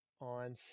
on